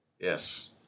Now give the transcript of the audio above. Yes